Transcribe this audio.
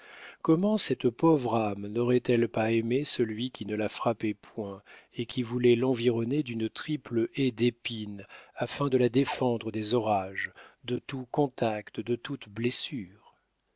comment cette pauvre âme n'aurait-elle pas aimé celui qui ne la frappait point et qui voulait l'environner d'une triple haie d'épines afin de la défendre des orages de tout contact de toute blessure